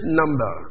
number